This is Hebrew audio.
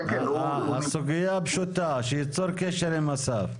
הסוגיה פשוטה, שייצור קשר עם אסף.